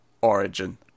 origin